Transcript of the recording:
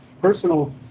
personal